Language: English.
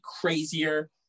crazier